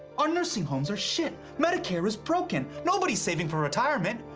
our nursing homes are shit. medicare is broken. nobody's saving for retirement.